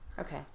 Okay